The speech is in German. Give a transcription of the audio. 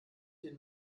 den